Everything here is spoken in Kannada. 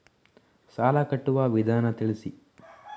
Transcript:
ಸಾಲ ಕಟ್ಟುವ ವಿಧಾನ ತಿಳಿಸಿ?